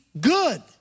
good